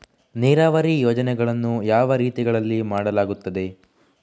ನೀರಾವರಿ ಯೋಜನೆಗಳನ್ನು ಯಾವ ರೀತಿಗಳಲ್ಲಿ ಮಾಡಲಾಗುತ್ತದೆ?